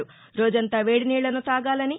రోజంతా వేది నీళ్లను తాగాలని